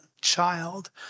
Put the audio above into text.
child